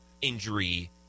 injury